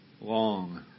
long